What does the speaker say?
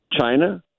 China